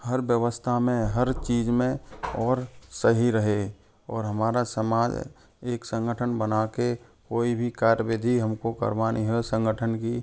हर व्यवस्था में हर चीज़ में और सही रहे और हमारा समाज एक संगठन बना के कोई भी कार्य विधि हम को करवानी हो संगठन की